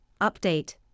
update